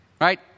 right